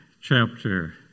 chapter